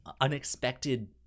unexpected